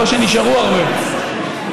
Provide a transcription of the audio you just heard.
לא שנשארו הרבה,